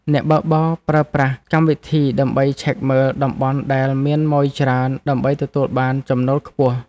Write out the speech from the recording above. អ្នកបើកបរប្រើប្រាស់កម្មវិធី ដើម្បីឆែកមើលតំបន់ដែលមានម៉ូយច្រើនដើម្បីទទួលបានចំណូលខ្ពស់។